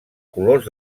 colors